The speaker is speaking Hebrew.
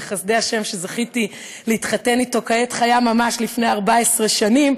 בחסדי השם שזכיתי להתחתן אתו כעת חיה ממש לפני 14 שנים,